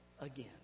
again